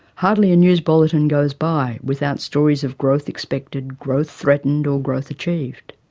hardly a news bulletin goes by without stories of growth expected, growth threatened, or growth achieved.